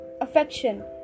affection